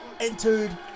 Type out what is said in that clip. entered